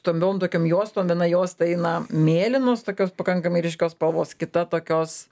stambiom tokiom juostom viena juosta eina mėlynos tokios pakankamai ryškios spalvos kita tokios